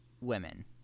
women